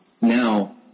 now